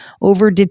over